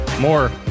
more